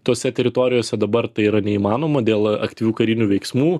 tose teritorijose dabar tai yra neįmanoma dėl aktyvių karinių veiksmų